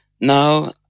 now